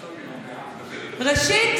ראשית,